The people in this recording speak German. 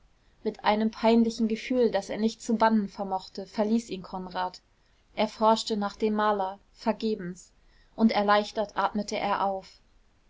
mit einem peinlichen gefühl das er nicht zu bannen vermochte verließ ihn konrad er forschte nach dem maler vergebens und erleichtert atmete er auf